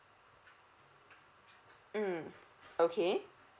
um okay